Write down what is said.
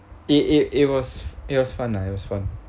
it it it was it was fun lah it was fun